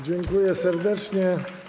Dziękuję serdecznie.